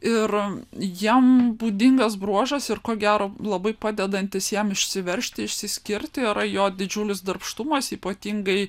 ir jam būdingas bruožas ir ko gero labai padedantis jam išsiveržti išsiskirti yra jo didžiulis darbštumas ypatingai